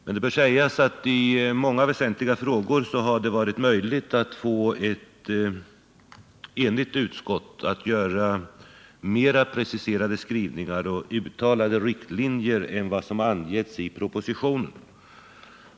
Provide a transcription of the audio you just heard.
Men det bör sägas, att i många väsentliga frågor har det varit möjligt att få ett enigt utskott att formulera mer preciserade skrivningar och uttalade riktlinjer än vad som givits i propositionen.